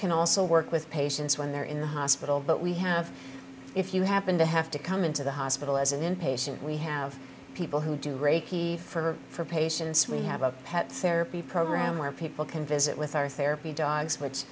can also work with patients when they're in the hospital but we have if you happen to have to come into the hospital as an inpatient we have people who do reiki for for patients we have a pet therapy program where people can visit with our therapy dogs which